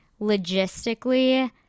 logistically